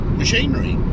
machinery